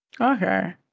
okay